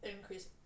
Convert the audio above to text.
increase